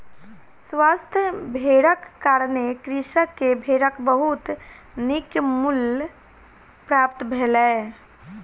स्वस्थ भेड़क कारणें कृषक के भेड़क बहुत नीक मूल्य प्राप्त भेलै